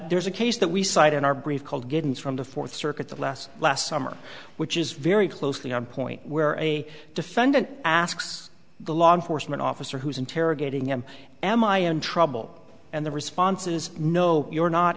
there's a case that we cite in our brief called givens from the fourth circuit the last last summer which is very closely on point where a defendant asks the law enforcement officer who is interrogating him am i in trouble and the responses know you are not